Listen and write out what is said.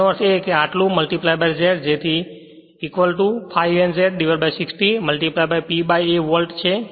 તેનો અર્થ આટલું Z જેથી ∅ Z N 60 P A volt છે